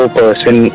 person